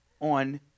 on